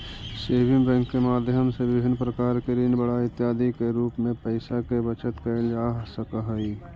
saving bank के माध्यम से विभिन्न प्रकार के ऋण बांड इत्यादि के रूप में पैइसा के बचत कैल जा सकऽ हइ